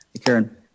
Karen